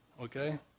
Okay